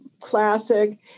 classic